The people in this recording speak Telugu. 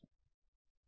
విద్యార్థి నిజమే